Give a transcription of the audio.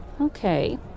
Okay